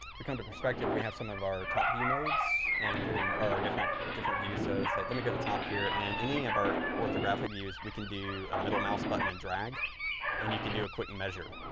if we come to perspective, we have some of our top view modes and our our different different views. so it's like, let me go to the top here and any of our orthographic views, we can do a middle mouse button and drag and you can do a quick measure